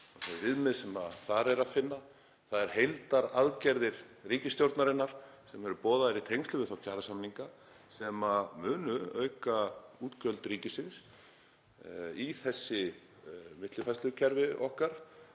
þau viðmið sem þar er að finna, heildaraðgerðir ríkisstjórnarinnar sem eru boðaðar í tengslum við þá kjarasamninga, sem munu auka útgjöld ríkisins í þessi millifærslukerfi okkar